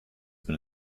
been